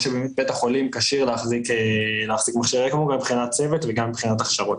שבית החולים כשיר להחזיק מכשירי אקמו מבחינת צוות ומבחינת הכשרות.